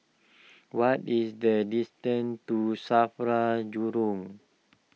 what is the distance to Safra Jurong